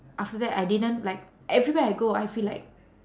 after that I didn't like everywhere I go I feel like